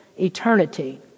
eternity